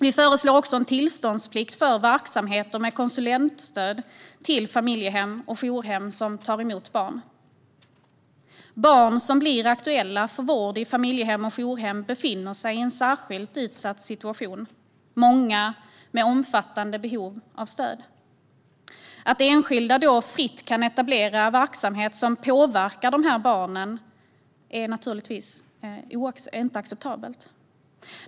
Vi föreslår också en tillståndsplikt för verksamheter med konsulentstöd till familjehem och jourhem som tar emot barn. Barn som blir aktuella för vård i familjehem och jourhem befinner sig i en särskilt utsatt situation. Många har omfattande behov av stöd. Att enskilda då fritt kan etablera verksamhet som påverkar dessa barn är naturligtvis inte acceptabelt.